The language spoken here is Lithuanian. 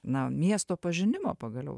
na miesto pažinimo pagaliau